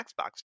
xbox